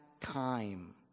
time